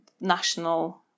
national